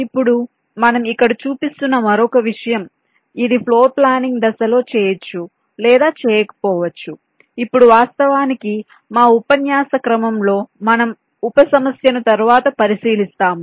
ఇప్పుడు మనం ఇక్కడ చూపిస్తున్న మరొక విషయం ఇది ఫ్లోర్ ప్లానింగ్ దశలో చేయొచ్చు లేదా చేయకపోవచ్చు ఇప్పుడు వాస్తవానికి మా ఉపన్యాస క్రమంలో మనం ఉప సమస్యను తరువాత పరిశీలిస్తాము